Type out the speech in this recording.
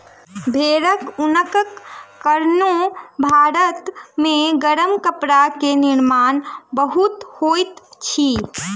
भेड़क ऊनक कारणेँ भारत मे गरम कपड़ा के निर्माण बहुत होइत अछि